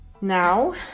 now